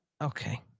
Okay